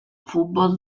futbol